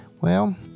Well